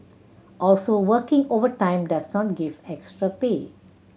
also working overtime does not give extra pay